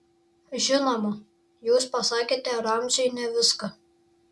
žinoma jūs pasakėte ramziui ne viską